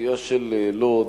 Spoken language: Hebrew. בסוגיה של לוד,